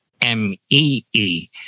M-E-E